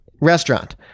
Restaurant